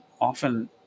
often